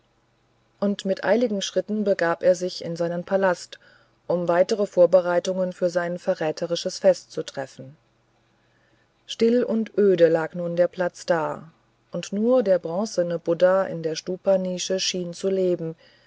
und mit eiligen schritten begab er sich in seinen palast um weitere vorbereitungen für sein verräterisches fest zu treffen still und öde lag nun der platz da und nur der bronzene buddha in der stupanische schien zu leben